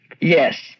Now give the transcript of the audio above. Yes